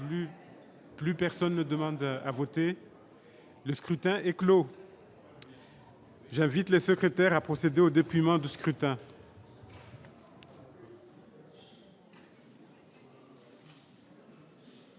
Plus personne ne demande à voter, le scrutin est clos, j'invite les secrétaire a procédé au depuis, mode de scrutin.